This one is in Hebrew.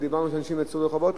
ודיברנו על כך שאנשים יצאו לרחובות.